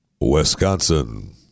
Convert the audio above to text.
Wisconsin